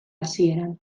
hasieran